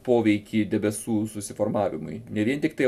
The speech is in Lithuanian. poveikį debesų susiformavimui ne vien tiktai